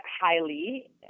highly